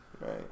right